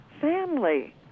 family